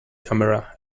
camera